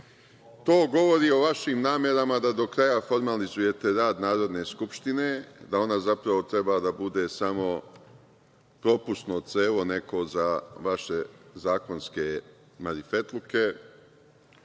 govori o vašim namerama da do kraja formalizujete rad Narodne skupštine, da ona zapravo treba da bude samo neko propusno crevo za vaše zakonske marifetluke.